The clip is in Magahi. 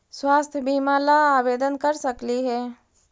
स्वास्थ्य बीमा ला आवेदन कर सकली हे?